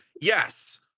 Yes